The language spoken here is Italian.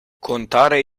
contare